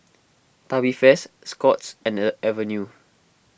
Tubifast Scott's and Avene